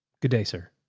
good day, sir.